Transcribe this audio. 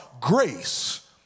Grace